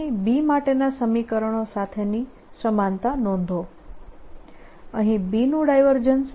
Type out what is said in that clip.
અહીં B માટેના સમીકરણો સાથેની સમાનતા નોંધો અહીં B નું ડાયવર્જન્સ